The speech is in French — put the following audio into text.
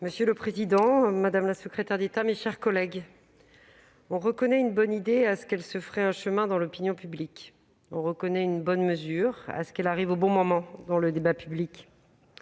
Monsieur le président, madame la secrétaire d'État, mes chers collègues, on reconnaît une bonne idée à ce qu'elle se fraie un chemin dans l'opinion publique ; on reconnaît une bonne mesure à ce qu'elle arrive au bon moment dans le débat public.